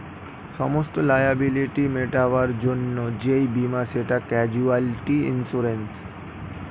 সমস্ত লায়াবিলিটি মেটাবার জন্যে যেই বীমা সেটা ক্যাজুয়ালটি ইন্সুরেন্স